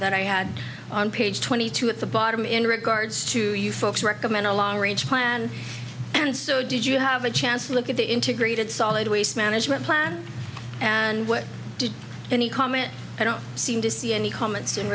that i had on page twenty two at the bottom in regards to you folks are i'm in a long range plan and so did you have a chance to look at the integrated solid waste management plan and what did any comment i don't seem to see any comments in